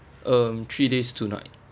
um three days two night